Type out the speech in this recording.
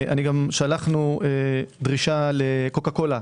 גם שלחנו דרישה לקוקה קולה.